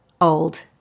old